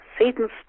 Satan's